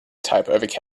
type